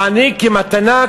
להעניק כמתנה,